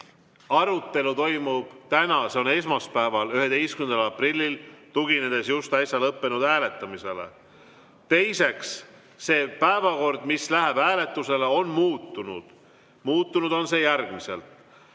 arutelu toimub täna, see on esmaspäeval, 11. aprillil, tuginedes just äsja lõppenud hääletamisele. Teiseks, see päevakord, mis läheb hääletusele, on muutunud. Muutunud on see järgmiselt.